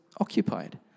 occupied